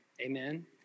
Amen